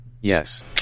Yes